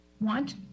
want